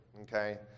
okay